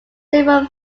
several